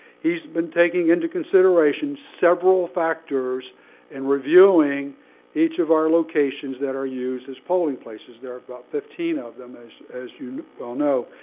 he's been taking into consideration several factors and reviewing each of our locations that are used as polling places. there about fifteen of them, as as you well know.